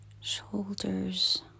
Shoulders